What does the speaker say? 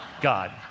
God